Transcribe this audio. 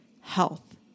health